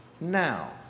now